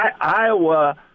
Iowa